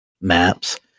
maps